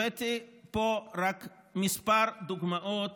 הבאתי פה רק כמה דוגמאות